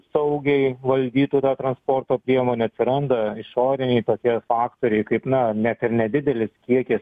saugiai valdytų tą transporto priemonę atsiranda išoriniai tokie faktoriai kaip na net ir nedidelis kiekis